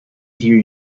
hear